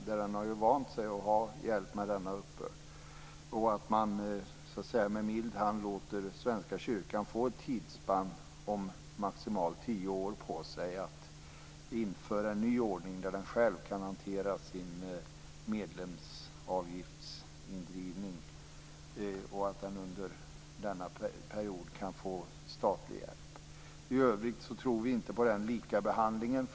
Den har ju vant sig vid att få hjälp med denna uppbörd. Därför kan man med mild hand låta Svenska kyrkan få ett tidspann om maximalt tio år på sig för att införa en ny ordning där den själv kan hantera sin medlemsavgiftsindrivning. Under denna period kan den få statlig hjälp. I övrigt tror vi inte på likabehandlingen.